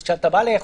אז כשאתה בא לאכוף,